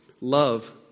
love